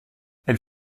elle